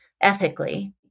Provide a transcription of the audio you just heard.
ethically